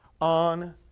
on